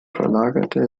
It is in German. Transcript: verlagerte